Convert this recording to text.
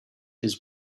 his